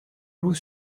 loup